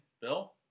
Bill